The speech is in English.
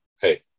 hey